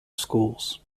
schools